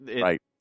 right